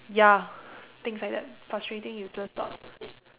ya things like that frustrating useless thoughts